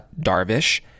Darvish